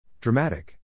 Dramatic